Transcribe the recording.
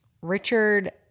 Richard